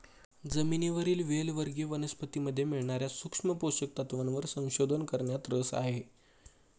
जमिनीवरील वेल वर्गीय वनस्पतीमध्ये मिळणार्या सूक्ष्म पोषक तत्वांवर संशोधन करण्यात रस आहे